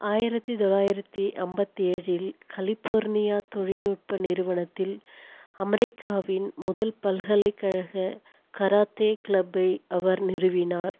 ஆயிரத்தி தொள்ளாயிரத்தி ஐம்பத்தி ஏழில் கலிபோர்னியா தொழில்நுட்ப நிறுவனத்தில் அமெரிக்காவின் முதல் பல்கலைக்கழக கராத்தே கிளப்பை அவர் நிறுவினார்